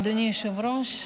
אדוני היושב-ראש,